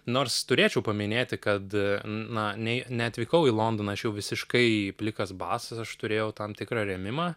nors turėčiau paminėti kad na nei neatvykau į londoną aš jau visiškai plikas basas aš turėjau tam tikrą rėmimą